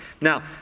Now